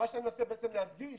מה שאני מנסה בעצם להדגיש